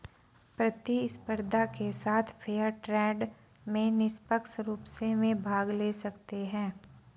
प्रतिस्पर्धा के साथ फेयर ट्रेड में निष्पक्ष रूप से वे भाग ले सकते हैं